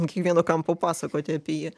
ant kiekvieno kampo pasakoti apie jį